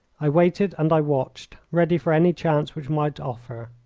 i waited and i watched, ready for any chance which might offer.